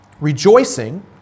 rejoicing